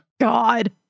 God